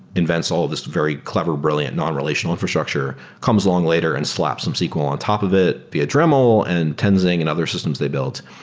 invents all of these very clever, brilliant non-relational infrastructure, comes along later and slaps some sql on top of it via dremel and tenzing and other systems they built.